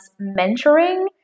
mentoring